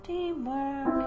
Teamwork